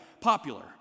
popular